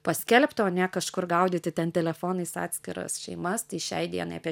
paskelbti o ne kažkur gaudyti ten telefonais atskiras šeimas tai šiai dienai apie